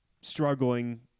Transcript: struggling